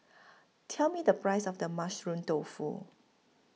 Tell Me The Price of The Mushroom Tofu